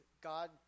God